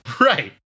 Right